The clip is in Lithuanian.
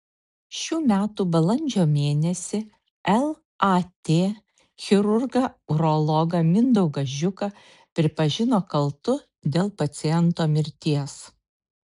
šių metų balandžio mėnesį lat chirurgą urologą mindaugą žiuką pripažino kaltu dėl paciento mirties